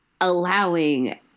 allowing